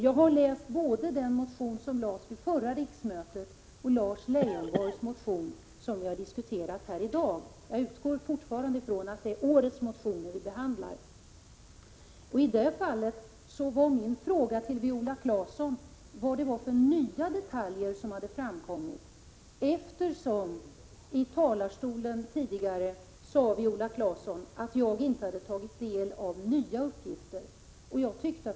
Jag har läst både den motion som lades fram vid förra riksmötet och Lars Leijonborgs motion, som vi har diskuterat här i dag. Jag utgår fortfarande från att det är årets motioner som vi behandlar. Jag frågade Viola Claesson vad det var för nya detaljer som framkommit, eftersom Viola Claesson tidigare från talarstolen sade att jag inte hade tagit del av nya uppgifter.